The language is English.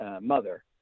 mother